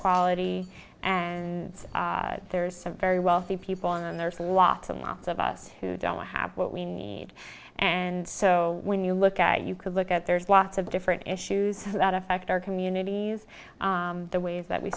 quality and there's a very wealthy people and there's lots and lots of us who don't have what we need and so when you look at you could look at there's lots of different issues that affect our communities the ways that we